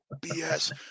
BS